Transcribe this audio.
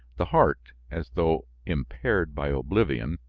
the heart, as though impaired by oblivion,